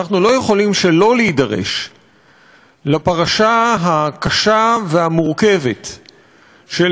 אנחנו לא יכולים שלא להידרש לפרשה הקשה והמורכבת של